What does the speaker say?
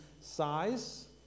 size